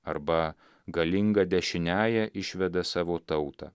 arba galinga dešiniąja išveda savo tautą